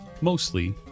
Mostly